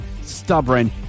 stubborn